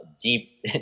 deep